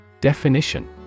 Definition